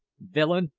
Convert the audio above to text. villain!